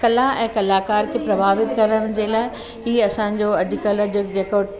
कला ऐं कलाकार खे प्रभावित करण जे लाइ ही असांजो अॼुकल्ह जो जेको